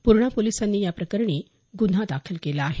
पूर्णा पोलिसांनी याप्रकरणी गुन्हा दाखल केला आहे